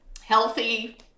healthy